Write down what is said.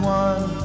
one